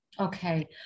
Okay